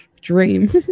dream